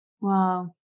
Wow